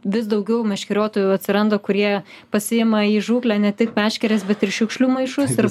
vis daugiau meškeriotojų atsiranda kurie pasiima į žūklę ne tik meškeres bet ir šiukšlių maišus ir